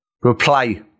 Reply